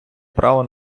право